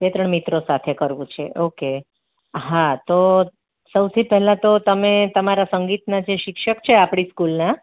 બે ત્રણ મિત્રો સાથે કરવું છે ઓકે હા તો સૌથી પહેલાં તો તમે તમારા સંગીતના જે શિક્ષક છે આપણી સ્કૂલના